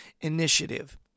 initiative